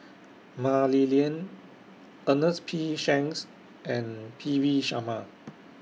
Mah Li Lian Ernest P Shanks and P V Sharma